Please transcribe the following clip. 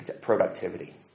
productivity